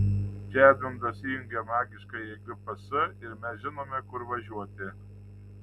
čia edmundas įjungia magiškąjį gps ir mes žinome kur važiuoti